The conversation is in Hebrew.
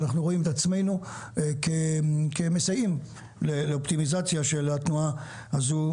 אנחנו רוצים את עצמנו כמסייעים לאופטימיזציה של התנועה הזו,